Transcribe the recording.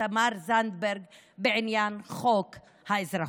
תמר זנדברג בעניין חוק האזרחות.